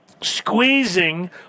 squeezing